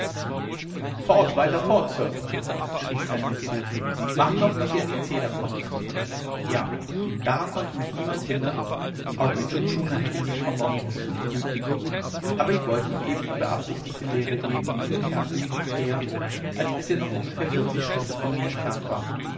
fort weiter fort sir schrie mir sam zu macht doch daß ihr an die zeder kommt ja daran konnte mich niemand hindern auch intschu tschuna hätte nicht vermocht es zu verhüten aber ich wollte ihm eben die beabsichtigte lehre geben und entfernte mich nicht eher als bis er ungefähr noch vierzig schritte von mir entfernt war